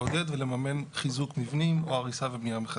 לעודד ולממן חיזוק מבנים או הריסה ובנייה מחדש.